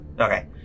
Okay